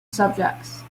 subjects